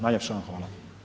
Najljepša vam hvala.